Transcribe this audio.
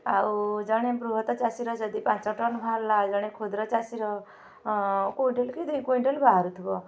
ଆଉ ଜଣେ ବୃହତ ଚାଷୀ ର ଯଦି ପାଞ୍ଚ ଟନ ବାହାରିଲା ଆଉ ଜଣେ କ୍ଷୁଦ୍ର ଚାଷୀର କୁଇଣ୍ଟାଲ କି ଦୁଇ କୁଇଣ୍ଟାଲ ବାହାରୁଥିବ